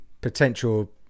potential